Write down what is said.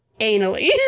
anally